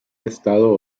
estado